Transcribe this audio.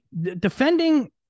defending